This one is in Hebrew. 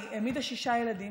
היא העמידה שישה ילדים,